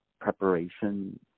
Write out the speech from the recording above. preparation